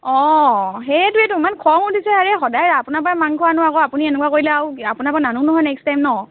অঁ সেইটোৱেটো ইমান খং উঠিছে আৰে সদায় আপোনাৰপৰা মাংস আনো আকৌ আপুনি এনেকুৱা কৰিলে আকৌ আপোনাৰপৰা নানো নহয় নেক্সট টাইম ন